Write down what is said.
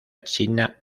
china